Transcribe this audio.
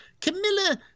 Camilla